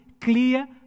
clear